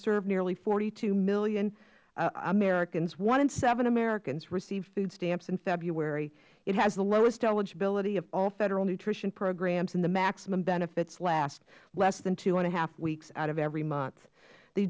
served nearly forty two million americans one in seven americans received food stamps in february it has the lowest eligibility of all federal nutrition programs and the maximum benefits lasts less than two and a half weeks out of every month the